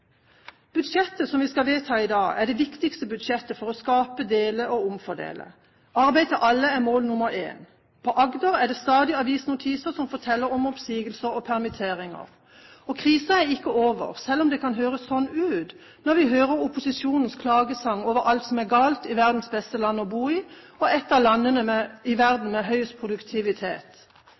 Budsjettet som vi skal vedta i dag, er det viktigste budsjettet for å skape, dele og omfordele. Arbeid til alle er mål nummer én. På Agder er det stadig avisnotiser som forteller om oppsigelser og permitteringer. Og krisen er ikke over, selv om det kan høres sånn ut når vi hører opposisjonens klagesang over alt som er galt i verdens beste land å bo i, og et av landene i verden med høyest produktivitet.